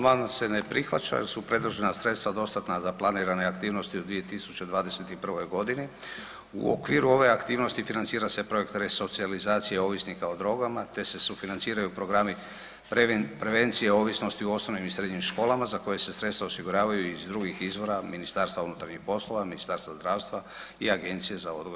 Amandman se ne prihvaća jer su predložena sredstva dostatna za planirane aktivnosti u 2021. g. U okviru ove aktivnosti financira se projekt resocijalizacije ovisnika o drogama te se sufinanciraju programi prevencije ovisnosti u osnovnim i srednjim školama za koje se sredstva osiguravaju iz drugih izvora Ministarstva unutarnjih poslova, Ministarstva zdravstva i Agencije za odgoj i obrazovanje.